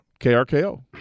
KRKO